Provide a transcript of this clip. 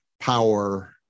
power